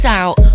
out